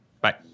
Bye